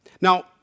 Now